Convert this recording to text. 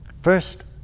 First